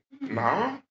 no